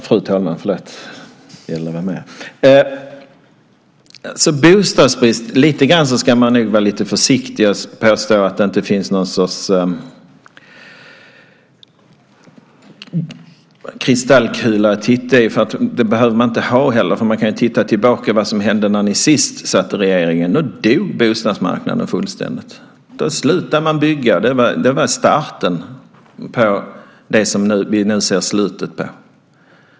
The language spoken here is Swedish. Fru talman! När det gäller bostadsbrist ska man nog vara lite försiktig med att påstå att det inte finns något slags kristallkula att titta i. Man behöver ingen sådan. Man kan bara titta tillbaka på vad som hände när ni sist satt i regeringen. Då dog bostadsmarknaden fullständigt. Då slutade man bygga. Det var starten på det som vi nu ser slutet på.